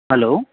hello